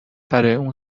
اون